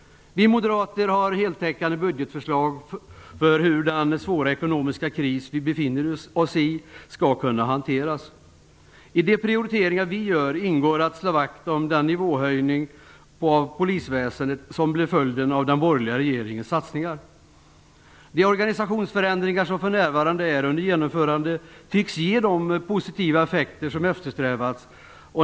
Vi moderater har heltäckande budgetförslag när det gäller att hantera den svåra ekonomiska kris som vi befinner oss i. I våra prioriteringar ingår att slå vakt om den nivåhöjning av polisväsendet som blev följden av den borgerliga regeringens satsningar. De organisationsförändringar som för närvarande är under genomförande tycks ge de positiva effekter som eftersträvats.